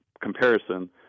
comparison